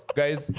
guys